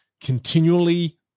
continually